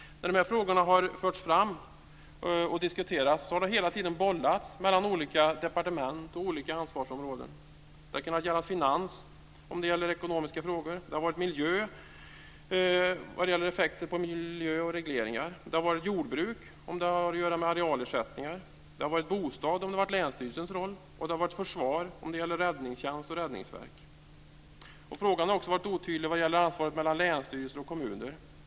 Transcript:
När dessa frågor har förts fram och diskuterats har de hela tiden bollats mellan olika departement och olika ansvarsområden. Det har kunnat gälla finans om det har gällt ekonomiska frågor. Det har varit miljö när det har gällt effekter på miljö och regleringar. De har varit jordbruk om det har haft att göra med arealersättningar. Det har varit bostad om det har gällt länsstyrelsen roll, och det har varit försvar om det har gällt räddningstjänst och räddningsverk. Frågan har också varit otydlig vad gäller ansvaret för länsstyrelser och kommuner.